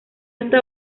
hasta